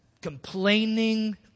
complaining